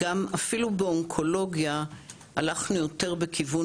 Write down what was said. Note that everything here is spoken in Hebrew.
אפילו באונקולוגיה הלכנו יותר בכיוון